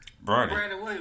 Brandon